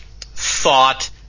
thought